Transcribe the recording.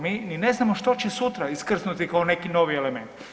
Mi ni ne znamo što će sutra iskrsnuti kao neki novi element.